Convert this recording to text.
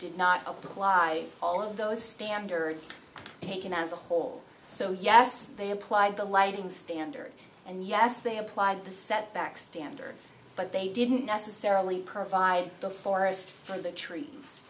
did not apply all of those standards taken as a whole so yes they applied the lighting standard and yes they applied the setback standards but they didn't necessarily provide the forest for the tree